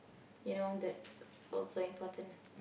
you know that's also important